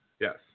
yes